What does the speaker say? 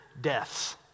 deaths